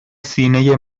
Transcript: سینه